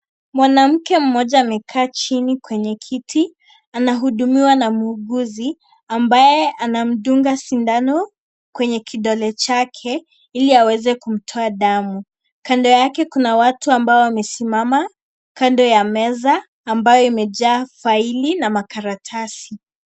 Mwanamke mmoja amekaa chini kwenye kiti, anahudumiwa na muuguzi ambaye anamdunga sindano kwenye kidole chake ili aweze kumtoa damu. Kando yake kuna watu ambao wamesimama kando ya meza ambayo imejaa faili na makaratasi.